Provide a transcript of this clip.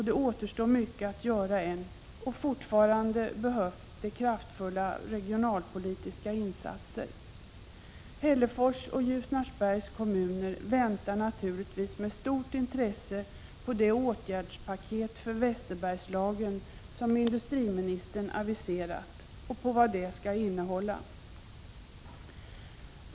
Det återstår mycket än att göra och fortfarande behövs kraftfulla regionalpolitiska insatser. Hällefors och Ljusnarsberg väntar naturligtvis med stort intresse på det åtgärdspaket för Västerbergslagen som industriministern aviserat och är spända på vad det skall innehålla.